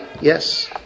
Yes